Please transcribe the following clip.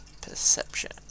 perception